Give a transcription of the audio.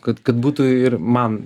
kad kad būtų ir man